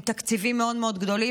עם תקציבים מאוד מאוד גדולים,